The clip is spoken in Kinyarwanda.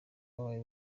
babaye